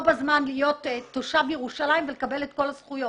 בזמן להיות תושב ירושלים ולקבל את כל הזכויות.